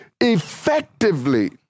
effectively